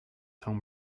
home